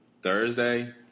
Thursday